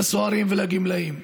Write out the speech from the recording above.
לסוהרים ולגמלאים.